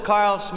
Carl